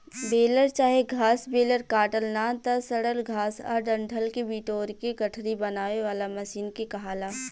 baler चाहे घास baler काटल ना त सड़ल घास आ डंठल के बिटोर के गठरी बनावे वाला मशीन के कहाला